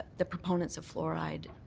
the proponents of fluoride,